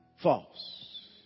false